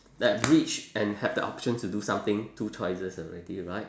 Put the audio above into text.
that rich and have the options to do something two choices already right